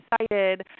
excited